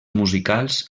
musicals